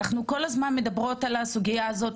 אנחנו כל הזמן מדברות על הסוגייה הזאת